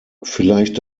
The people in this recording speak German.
vielleicht